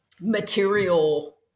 material